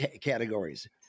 categories